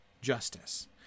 justice